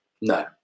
no